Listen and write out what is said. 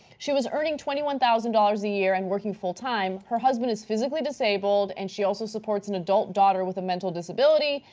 she was earning twenty one thousand dollars a year and working full time. her husband is physically disabled and she also supports an adult daughter with a mental disability.